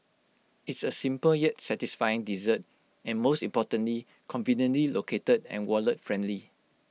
it's A simple yet satisfying dessert and most importantly conveniently located and wallet friendly